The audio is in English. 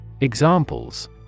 Examples